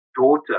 daughter